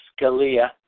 Scalia